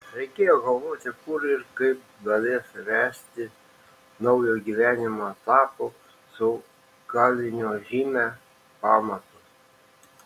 reikėjo galvoti kur ir kaip galės ręsti naujo gyvenimo etapo su kalinio žyme pamatus